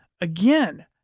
again